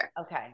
Okay